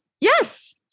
yes